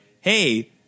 hey